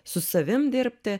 su savim dirbti